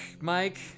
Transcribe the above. Mike